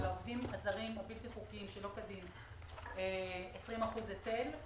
העובדים הזרים הבלתי חוקיים הן 20% היטל.